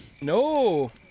No